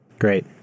Great